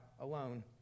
alone